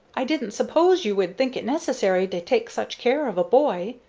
i didn't suppose you would think it necessary to take such care of a boy,